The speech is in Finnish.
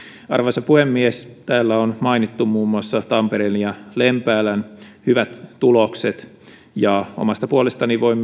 arvoisa puhemies täällä on mainittu muun muassa tampereen ja lempäälän hyvät tulokset ja omasta puolestani voin